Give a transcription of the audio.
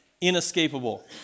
inescapable